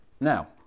Now